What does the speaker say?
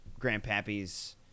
grandpappy's